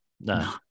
no